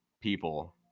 people